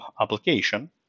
application